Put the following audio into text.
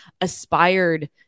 aspired